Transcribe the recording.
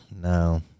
no